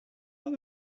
are